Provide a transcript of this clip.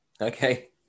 Okay